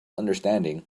understanding